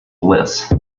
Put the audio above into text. bliss